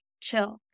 chill